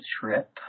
trip